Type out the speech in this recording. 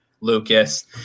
Lucas